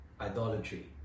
idolatry